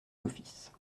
l’office